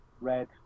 red